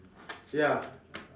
ya